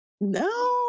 No